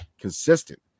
consistent